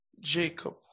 Jacob